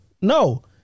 No